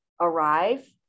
arrive